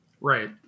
Right